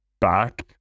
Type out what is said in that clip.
back